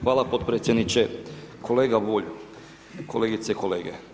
Hvala potpredsjedniče, kolega Bulj, kolegice i kolege.